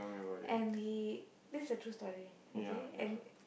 and he this is a true story okay and